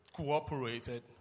cooperated